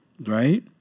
right